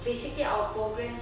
basically our progress